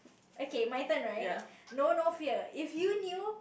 okay my turn right know no fear if you knew